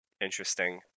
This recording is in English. Interesting